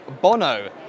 Bono